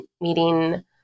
meeting